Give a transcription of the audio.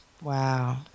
Wow